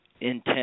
intent